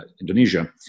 Indonesia